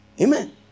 Amen